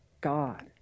God